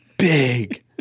Big